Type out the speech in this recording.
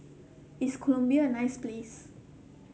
is Colombia a nice place